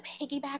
piggyback